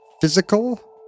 physical